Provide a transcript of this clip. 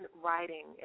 writing